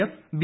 F B